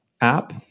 app